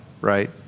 right